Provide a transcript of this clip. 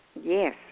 Yes